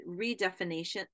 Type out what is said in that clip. redefinition